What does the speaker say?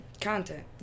content